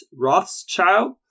Rothschild